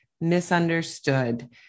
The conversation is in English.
misunderstood